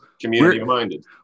community-minded